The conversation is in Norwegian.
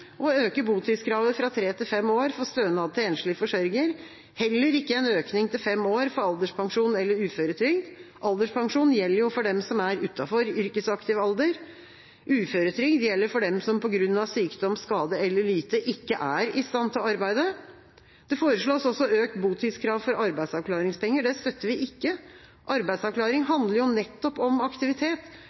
å øke botidskravet fra tre til fem år for stønad til enslig forsørger, og heller ikke en økning til fem år for alderspensjon eller uføretrygd. Alderspensjon gjelder jo for dem som er utenfor yrkesaktiv alder. Uføretrygd gjelder for dem som på grunn av sykdom, skade eller lyte ikke er i stand til å arbeide. Det foreslås også økt botidskrav for arbeidsavklaringspenger. Det støtter vi ikke. Arbeidsavklaring handler jo nettopp om aktivitet,